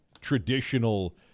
traditional